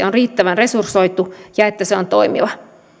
on riittävän resursoitu ja että se on toimiva